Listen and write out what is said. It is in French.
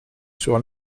sur